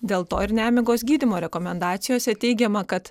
dėl to ir nemigos gydymo rekomendacijose teigiama kad